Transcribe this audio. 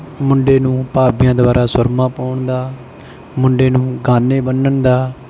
ਮੁੰਡੇ ਨੂੰ ਭਾਬੀਆਂ ਦੁਆਰਾ ਸੁਰਮਾ ਪਾਉਣ ਦਾ ਮੁੰਡੇ ਨੂੰ ਗਾਨੇ ਬੰਨ੍ਹਣ ਦਾ